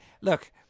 Look